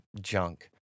junk